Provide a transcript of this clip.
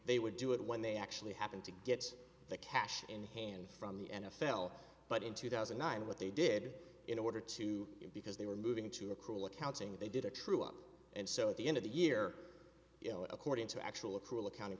they would do it when they actually happened to get the cash in hand from the n f l but in two thousand and nine what they did in order to because they were moving to accrual accounting they did a true up and so at the end of the year according to actual accrual accounting